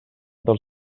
del